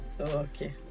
Okay